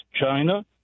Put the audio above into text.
China